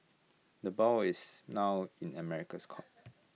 the ball is now in America's court